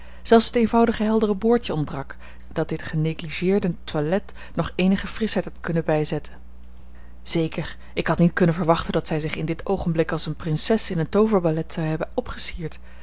zelfs het eenvoudige heldere boordje ontbrak dat dit genegligeerde toilet nog eenige frischheid had kunnen bijzetten zeker ik had niet kunnen verwachten dat zij zich in dit oogenblik als eene prinses in een tooverballet zou hebben opgesierd